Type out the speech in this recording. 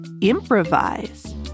improvise